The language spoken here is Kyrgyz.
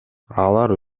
алар